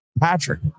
Patrick